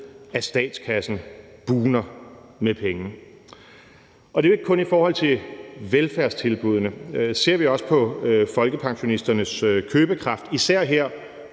at statskassen bugner af penge. Det er jo ikke kun i forhold til velfærdstilbuddene. Ser vi på folkepensionisternes købekraft, især her